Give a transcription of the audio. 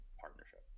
partnership